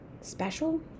special